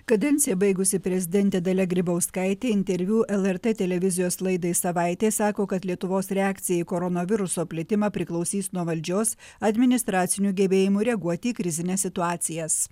kadenciją baigusi prezidentė dalia grybauskaitė interviu lrt televizijos laidai savaitė sako kad lietuvos reakcija į koronaviruso plitimą priklausys nuo valdžios administracinių gebėjimų reaguoti į krizines situacijas